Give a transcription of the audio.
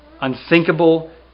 unthinkable